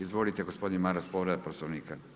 Izvolite gospodine Maras povreda Poslovnika.